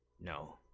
No